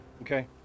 Okay